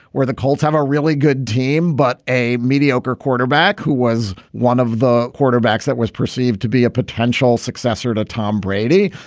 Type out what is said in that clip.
where the colts have a really good team, but a mediocre quarterback who was one of the quarterbacks that was perceived to be a potential successor to tom brady.